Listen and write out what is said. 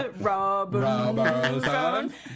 Robinson